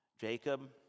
Jacob